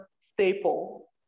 staple